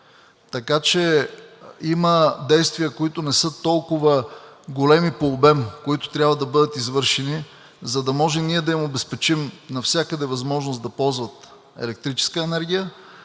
Така че има действия, които не са толкова големи по обем, които трябва да бъдат извършени, за да може ние да им обезпечим навсякъде възможност да ползват електрическа енергия,